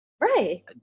Right